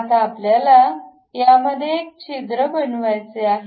आता आपल्याला यामध्ये एक छिद्र बनवायचे आहे